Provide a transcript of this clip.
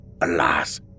Alas